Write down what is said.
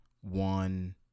one